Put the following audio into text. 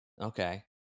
Okay